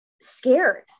scared